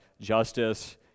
justice